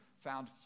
found